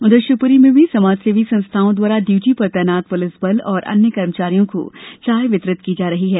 उधर शिवप्री में भी ॅसमाजसेवी संस्थाओं द्वारा ड्यूटी पर तैनात पुलिस बल और अन्य कर्मचारियों को चाय वितरित की जा रही है